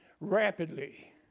rapidly